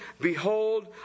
behold